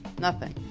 nothing?